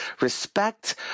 respect